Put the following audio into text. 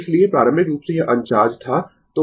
इसलिए प्रारंभिक रूप से यह अनचार्जड था